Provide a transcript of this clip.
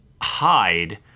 hide